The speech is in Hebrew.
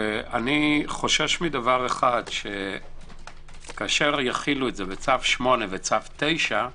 אני חושש מדבר אחד שכאשר יחילו את זה בצו 8 וצו 9,